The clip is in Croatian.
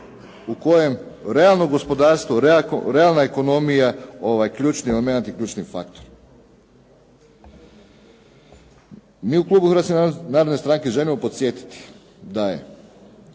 u kojem je realno gospodarstvo, realna ekonomija ključni element i ključni faktor. Mi u klubu Hrvatske narodne stranke želimo podsjetiti da je